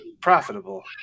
Profitable